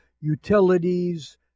utilities